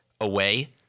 away